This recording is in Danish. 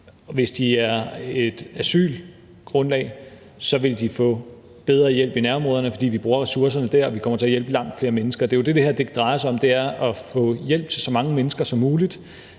Hvis de har et asylgrundlag, vil de få bedre hjælp i nærområderne, fordi vi bruger ressourcerne der og vi kommer til at hjælpe langt flere mennesker. Det er jo det, det her drejer sig om. Det er at få hjælp til så mange mennesker som muligt,